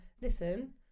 listen